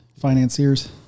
Financiers